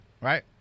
Right